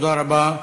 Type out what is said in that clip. תודה רבה.